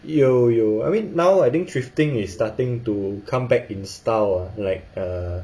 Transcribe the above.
有有 I mean now I think thrifting is starting to come back in style ah like err